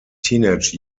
teenage